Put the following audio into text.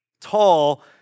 tall